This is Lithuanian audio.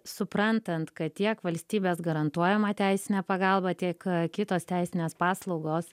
suprantant kad tiek valstybės garantuojamą teisinę pagalbą tiek kitos teisinės paslaugos